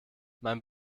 mein